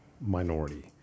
minority